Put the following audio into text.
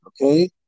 okay